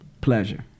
pleasure